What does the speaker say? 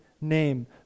name